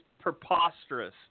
preposterous